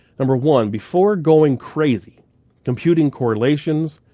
number one, before going crazy computing correlations,